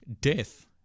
Death